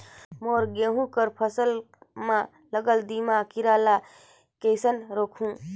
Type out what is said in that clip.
मोर गहूं कर फसल म लगल दीमक कीरा ला कइसन रोकहू?